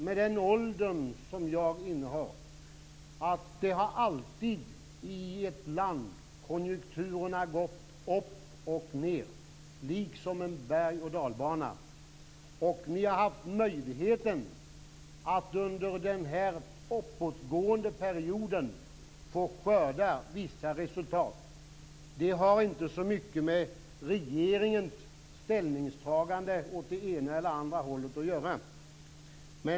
Med den ålder som jag innehar kan jag förvissa Granberg om att konjunkturerna i ett land alltid går upp och ned, liksom en berg och dalbana. Ni har haft möjlighet att under den uppåtgående perioden få skörda vissa resultat. Det har inte så mycket med regeringens ställningstagande åt det ena eller andra hållet att göra.